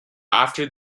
after